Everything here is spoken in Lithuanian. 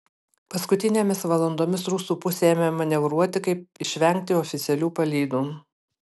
paskutinėmis valandomis rusų pusė ėmė manevruoti kaip išvengti oficialių palydų